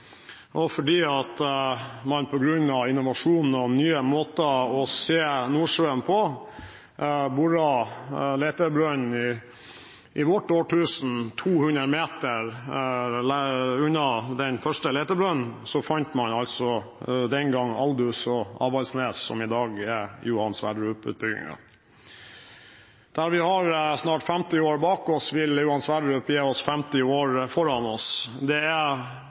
og fordi man på grunn av innovasjon og nye måter å se Nordsjøen på boret letebrønn i vårt årtusen 200 meter unna den første letebrønnen, fant man den gang Aldous og Avaldsnes, som i dag er Johan Sverdrup-utbyggingen. Der vi har snart 50 år bak oss, vil Johan Sverdrup gi oss 50 år framover. Det er